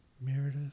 Meredith